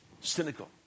Cynical